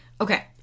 Okay